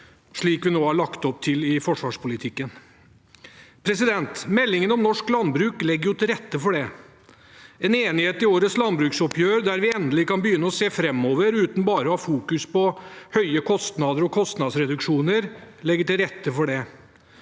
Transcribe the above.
slik vi nå har lagt opp til i forsvarspolitikken. Meldingen om norsk landbruk legger til rette for det. En enighet i årets landbruksoppgjør der vi endelig kan begynne å se framover uten bare å ha fokus på høye kostnader og kostnadsreduksjoner, legger til rette for det.